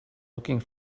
looking